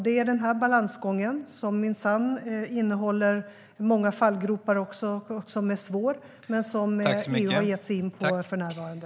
Det är denna balansgång, som minsann innehåller många fallgropar och som är svår, som EU har gett sig in på för närvarande.